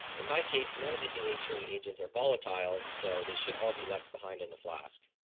in my case none of the denaturing agents are volatile so they should all be left behind in the flask.